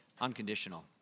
Unconditional